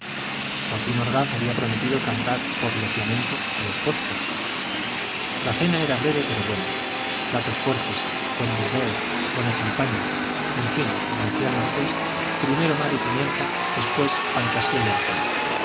joaquín orgaz había prometido cantar por lo flamenco a los postres la cena era breve pero buena platos fuertes buen burdeos buena champaña en fin como decía el marqués primero mar y pimienta después fantasía y alcohol